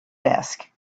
desk